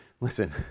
Listen